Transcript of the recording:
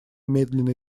медленно